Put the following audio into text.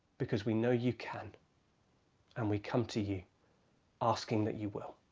because we know you can and we come to you asking that you will.